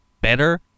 better